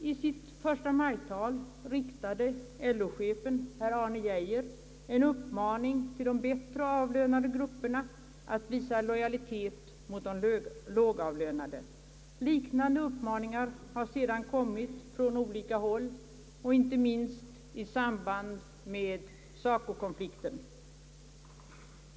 I sitt förstamajtal riktade LO-chefen, herr Arne Geijer, en uppmaning till de bättre avlönade grupperna att visa lojalitet mot de lågavlönade. Liknande uppmaningar har sedan kommit från olika håll och inte minst i samband med SACO konflikten.